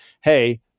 hey